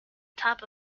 top